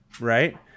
right